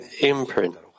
imprint